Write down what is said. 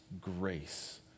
grace